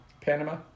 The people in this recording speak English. Panama